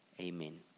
Amen